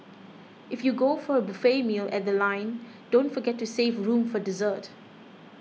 if you go for a buffet meal at The Line don't forget to save room for dessert